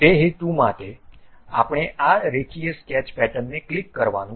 તે હેતુ માટે આપણે આ રેખીય સ્કેચ પેટર્નને ક્લિક કરવાનું છે